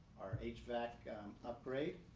our h vac upgrade,